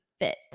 fit